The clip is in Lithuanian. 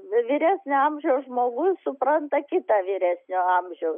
vyresnio amžiaus žmogus supranta kitą vyresnio amžiaus